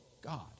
God